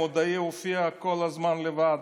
מודעי הופיע כל הזמן לבד,